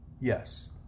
yes